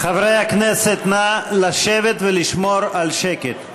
חברי הכנסת, נא לשבת ולשמור על שקט.